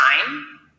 time